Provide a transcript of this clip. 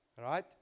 right